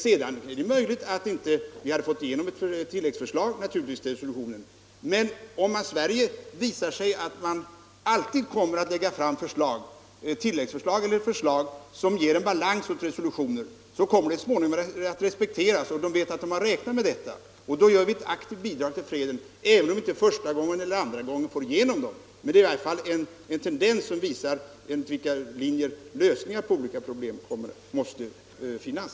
Det är givetvis möjligt att vi inte hade fått igenom ett tilläggsförslag till resolutionen, men om vi visar att vi alltid kommer att lägga fram tilläggsförslag eller förslag som ger balans åt resolutioner, kommer det så småningom att respekteras; man vet att man har att räkna med detta. Då ger vi ett aktivt bidrag till freden. Även om vi inte första eller andra gången har framgång med våra förslag blir det i alla fall en tendens som visar efter vilka linjer lösningar på olika problem måste sökas.